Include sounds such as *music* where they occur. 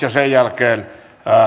*unintelligible* ja sen jälkeen